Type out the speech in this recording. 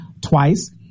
twice